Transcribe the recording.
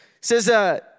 says